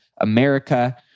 America